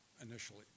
initially